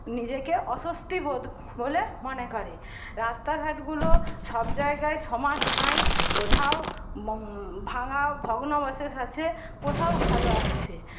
নিজেকে অস্বস্তি বোধ বলে মনে করে রাস্তাঘাটগুলো সবজায়গায় সমান নয় কোথাও ভাঙা ভগ্নবশেষ আছে কোথাও ভালো আছে